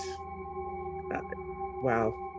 Wow